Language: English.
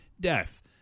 death